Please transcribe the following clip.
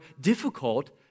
difficult